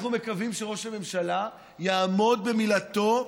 אנחנו מקווים שראש הממשלה יעמוד במילתו,